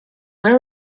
where